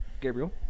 gabriel